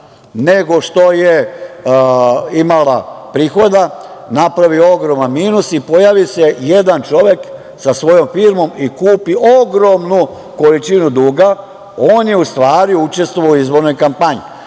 nego što je imala prihoda, napravi ogroman minus i pojavi se jedan čovek sa svojom firmom i kupi ogromnu količinu duga, on je u stvari učestvovao u izbornoj kampanji.